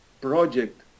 project